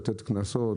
לתת קנסות?